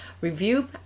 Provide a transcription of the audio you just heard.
review